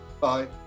Bye